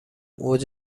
اوج